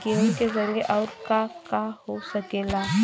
गेहूँ के संगे आऊर का का हो सकेला?